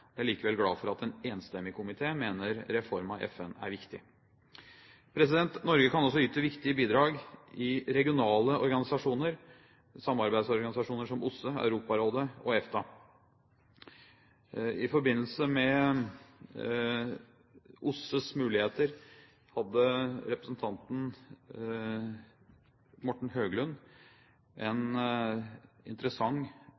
er likevel glad for at en enstemmig komité mener reform av FN er viktig. Norge kan også yte viktige bidrag i regionale organisasjoner, samarbeidsorganisasjoner som OSSE, Europarådet og EFTA. I forbindelse med OSSEs muligheter hadde representanten Morten